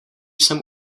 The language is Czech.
jsem